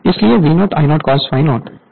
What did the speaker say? इसलिए V1 I0 cos ∅ 0 Wi होगा